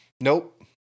nope